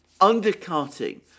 undercutting